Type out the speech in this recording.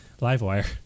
Livewire